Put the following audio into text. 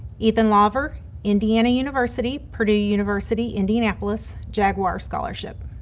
ethan lawver, indiana university, purdue university, indianapolis, jaguar scholarship.